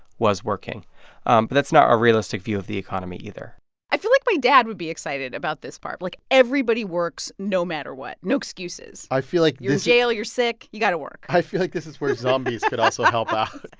was working. um but that's not a realistic view of the economy either i feel like my dad would be excited about this part. like, everybody works no matter what, no excuses i feel like this. you're in jail. you're sick. you got to work i feel like this is where zombies. could also help but